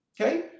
Okay